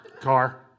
Car